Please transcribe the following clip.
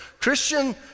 Christian